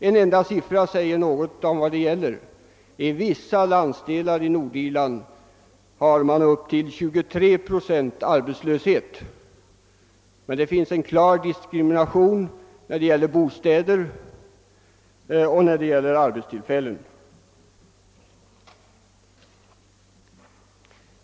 En enda siffra säger något om vad det gäller: i vissa delar i Nordirland hade man i september upp till 23 procents arbetslöshet. Det förekommer också en klar diskrimination när det gäller bostäder och «arbetstillfällen.